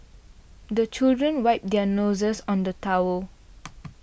the children wipe their noses on the towel